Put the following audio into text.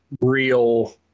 real